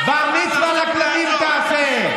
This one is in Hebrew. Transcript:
בר-מצווה לכלבים תעשה.